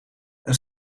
een